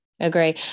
Agree